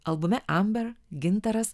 albume amber gintaras